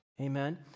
Amen